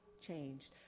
changed